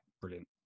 brilliant